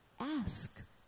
ask